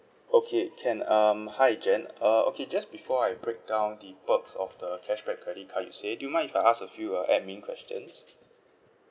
okay can um hi jan uh okay just before I break down the perks of the cashback credit card you said do you mind if I ask a few uh administration questions